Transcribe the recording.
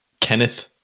Kenneth